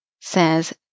says